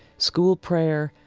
school prayer,